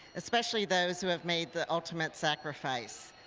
especially those who have made the ultimate sacrifice.